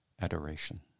adoration